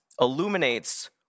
illuminates